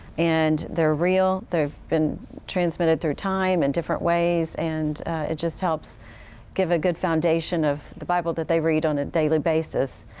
and they're real, they've been transmitted through time in and different ways. and it just helps give a good foundation of the bible that they read on a daily basis,